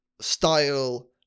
style